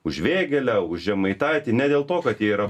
už vėgėlę už žemaitaitį ne dėl to kad jie yra